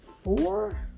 four